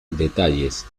detalles